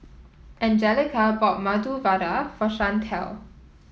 Anjelica bought Medu Vada for Shantel